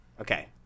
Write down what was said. Okay